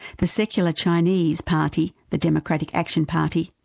the secular chinese party, the democratic action party,